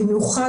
במיוחד,